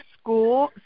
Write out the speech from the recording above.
school